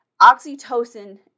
oxytocin